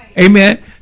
Amen